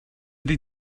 ydy